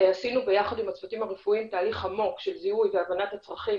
עשינו ביחד עם הצוותים הרפואיים תהליך עמוק של זיהוי והבנת הצרכים,